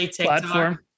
platform